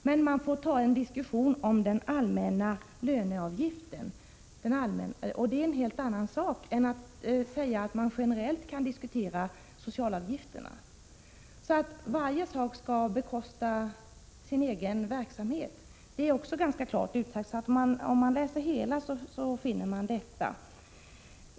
Men man får ta en diskussion om den allmänna löneavgiften, och det är en helt annan sak än att säga att man generellt skall diskutera socialavgifterna. Varje sak skall bekosta sin egen verksamhet. Detta är ganska klart utsagt. Läser man noga finner man detta.